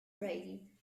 brady